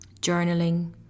journaling